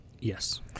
Yes